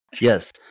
Yes